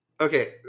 Okay